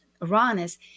Iranis